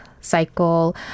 cycle